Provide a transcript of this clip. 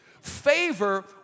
Favor